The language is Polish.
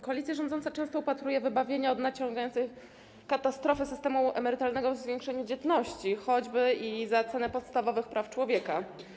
Koalicja rządząca często upatruje wybawienia od nadciągającej katastrofy systemu emerytalnego w zwiększeniu dzietności, choćby i za cenę podstawowych praw człowieka.